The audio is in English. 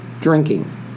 drinking